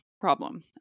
problem